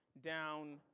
down